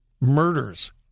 murders